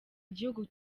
gihugu